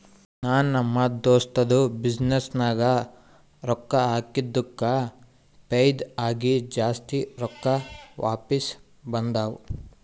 ನಾ ನಮ್ ದೋಸ್ತದು ಬಿಸಿನ್ನೆಸ್ ನಾಗ್ ರೊಕ್ಕಾ ಹಾಕಿದ್ದುಕ್ ಫೈದಾ ಆಗಿ ಜಾಸ್ತಿ ರೊಕ್ಕಾ ವಾಪಿಸ್ ಬಂದಾವ್